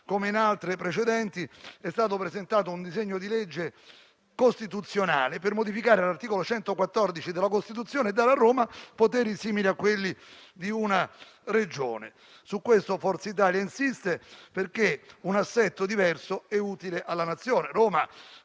come in altre precedenti, è stato presentato un disegno di legge costituzionale per modificare l'articolo 114 della Costituzione e dare a Roma poteri simili a quelli di una Regione. Su questo Forza Italia insiste, perché un assetto diverso è utile alla Nazione.